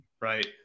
Right